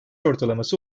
ortalaması